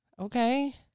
Okay